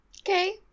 okay